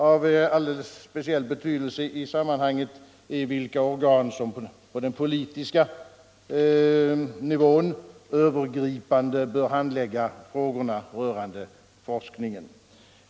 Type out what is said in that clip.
Av alldeles speciell betydelse i sammanhanget är vilka organ som på den politiska nivån övergripande bör handlägga frågorna rörande forskningen.